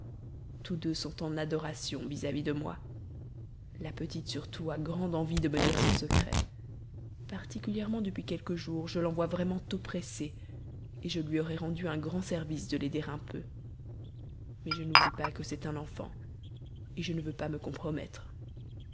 tous deux sont en adoration vis-à-vis de moi la petite surtout a grande envie de me dire son secret particulièrement depuis quelques jours je l'en vois vraiment oppressée je lui aurais rendu un grand service de l'aider un peu mais je n'oublie pas que c'est un enfant je ne veux pas me compromettre